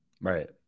Right